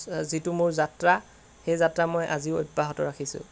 যিটো মোৰ যাত্ৰা সেই যাত্ৰা মই আজিও অব্যাহত ৰাখিছোঁ